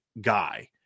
guy